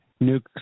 Nukes